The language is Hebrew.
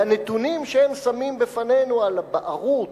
והנתונים שהם שמים בפנינו על הבערות,